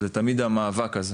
אבל זה תמיד המאבק הזה